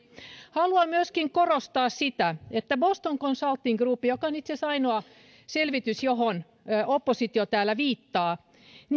haluan myöskin korostaa että boston consulting groupin selvityksessä joka on itse asiassa ainoa selvitys johon oppositio täällä viittaa